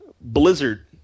Blizzard